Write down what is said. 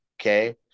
Okay